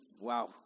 wow